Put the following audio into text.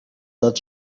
that